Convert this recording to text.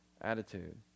attitude